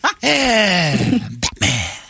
Batman